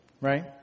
right